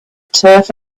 turf